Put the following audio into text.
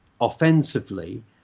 offensively